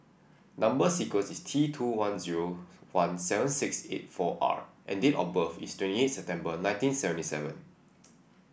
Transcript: number sequence is T two one zero one seven six eight four R and date of birth is twenty eight September nineteen seventy seven